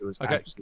okay